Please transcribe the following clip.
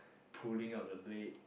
pulling of the blade